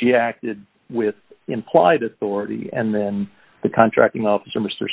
she acted with implied authority and then the contracting officer mr